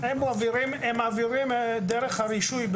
הם מעבירים דרך הרישוי,